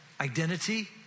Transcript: identity